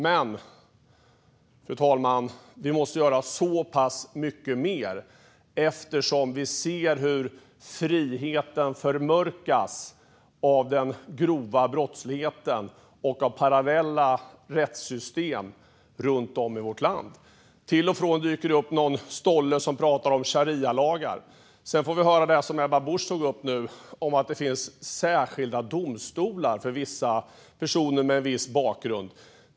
Men, fru talman, vi måste göra mycket mer eftersom vi ser hur friheten förmörkas av den grova brottsligheten och av parallella rättssystem runt om i vårt land. Till och från dyker det upp någon stolle som pratar om sharialagar. Vi får, som Ebba Busch tog upp nu, höra att det finns särskilda domstolar för personer med en viss bakgrund.